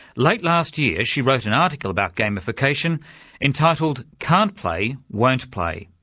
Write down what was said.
late last year, she wrote an article about gamification entitled can't play, won't play',